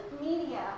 media